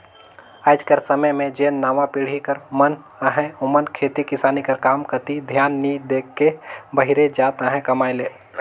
आएज कर समे में जेन नावा पीढ़ी कर मन अहें ओमन खेती किसानी कर काम कती धियान नी दे के बाहिरे जात अहें कमाए ले